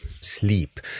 sleep